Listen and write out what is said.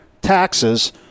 taxes